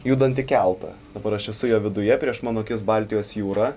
judantį keltą dabar aš esu jo viduje prieš mano akis baltijos jūra